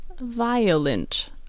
violent